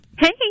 Hey